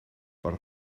per